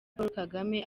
kagame